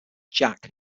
jack